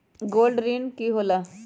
Gold ऋण की होला?